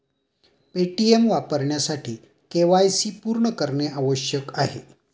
Paytm वापरण्यासाठी KYC पूर्ण करणे आवश्यक आहे